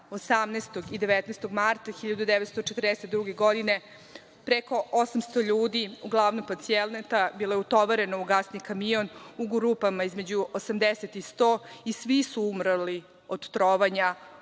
18. i 19. marta 1942. godine, preko 800 ljudi, uglavnom pacijenata, bilo je utovareno u gasni kamion u grupama od 80 do 100 i svi su umrli od trovanja